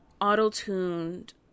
auto-tuned